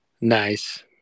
Nice